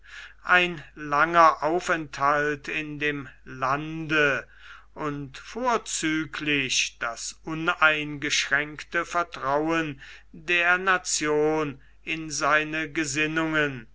ein langer aufenthalt in dem lande und vorzüglich das uneingeschränkte vertrauen der nation in seine gesinnungen